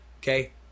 okay